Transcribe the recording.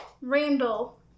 Randall